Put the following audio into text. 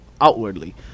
outwardly